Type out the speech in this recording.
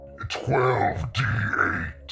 12d8